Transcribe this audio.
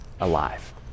alive